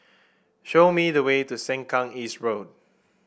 show me the way to Sengkang East Road